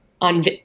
on